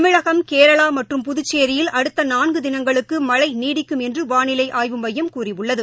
தமிழகம் கேரளா மற்றும் புதுச்சேரியில் அடுத்த நான்கு தினங்களுக்கு மழை நீடிக்கும் என்று வானிலை ஆய்வு மையம் கூறியுள்ளது